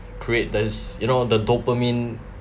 create this you know the dopamine